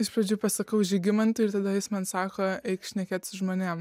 iš pradžių pasakau žygimantui ir tada jis man sako eik šnekėt žmonėms